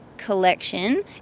collection